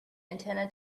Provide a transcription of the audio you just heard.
antenna